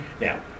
Now